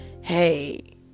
hey